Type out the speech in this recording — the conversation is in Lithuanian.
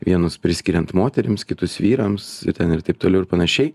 vienus priskiriant moterims kitus vyrams ir ten ir taip toliau ir panašiai